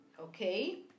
okay